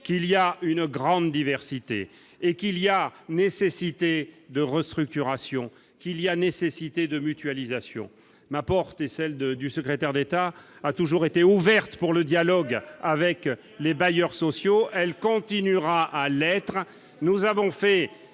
qu'il y a une grande diversité et qu'il y a nécessité de restructuration qu'il y a nécessité de mutualisation m'apporter celle de du secrétaire d'État a toujours été ouverte pour le dialogue avec les bailleurs sociaux, elle continuera à l'être, nous avons fait